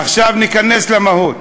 עכשיו, ניכנס למהות.